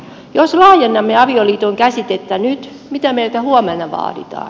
jos laajennamme avioliiton käsitettä nyt mitä meiltä huomenna vaaditaan